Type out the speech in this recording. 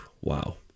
Wow